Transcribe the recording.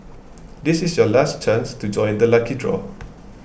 this is your last chance to join the lucky draw